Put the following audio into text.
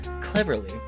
cleverly